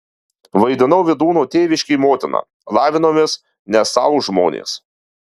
vaidinau vydūno tėviškėj motiną lavinomės ne sau žmonės